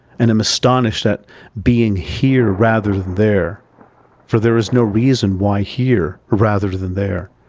and am astonished at being here rather than there for there is no reason why here rather than there,